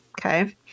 okay